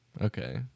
Okay